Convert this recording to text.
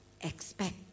expect